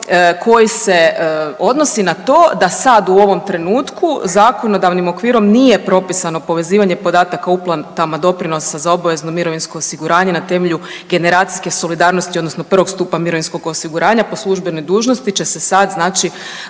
koji se odnosi na to da sad u ovom trenutku zakonodavnim okvirom nije propisano povezivanje podataka o uplatama doprinosa za obavezno mirovinsko osiguranje na temelju generacijske solidarnosti, odnosno prvog stupa mirovinskog osiguranja po službenoj dužnosti će se sad znači